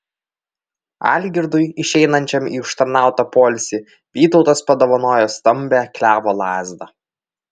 algirdui išeinančiam į užtarnautą poilsį vytautas padovanojo stambią klevo lazdą